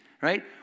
Right